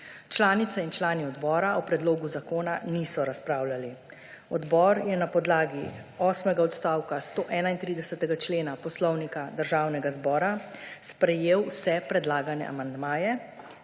Članice in člani odbora o predlogu zakona niso razpravljali. Odbor je na podlagi osmega odstavka 131. člena Poslovnika Državnega zbora sprejel vse predlagane amandmaje